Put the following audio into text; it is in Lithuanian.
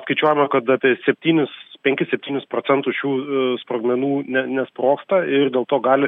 skaičiuojama kad apie septynis penkis septynis procentus šių sprogmenų ne nesprogsta ir dėl to gali